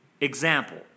Example